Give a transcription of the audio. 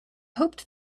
hoped